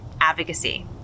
advocacy